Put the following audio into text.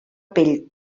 pell